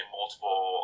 multiple